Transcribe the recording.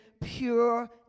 pure